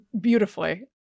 beautifully